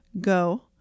go